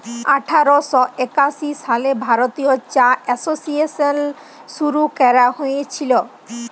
আঠার শ একাশি সালে ভারতীয় চা এসোসিয়েশল শুরু ক্যরা হঁইয়েছিল